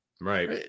Right